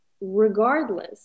regardless